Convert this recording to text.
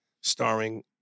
starring